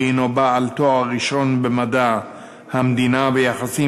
ובעל תואר ראשון במדע המדינה ויחסים